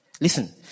Listen